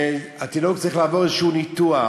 והתינוק צריך לעבור איזשהו ניתוח.